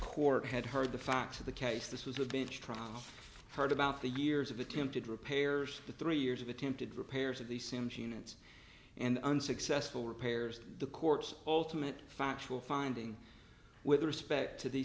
court had heard the facts of the case this was a bench trial heard about the years of attempted repairs to three years of attempted repairs of the same genius and unsuccessful repairs the courts ultimate factual finding with respect to the